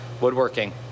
Woodworking